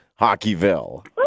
Hockeyville